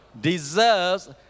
deserves